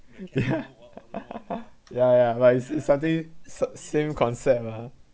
ya ya ya like it's something sa~ same concept ah